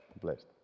blessed